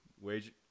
wage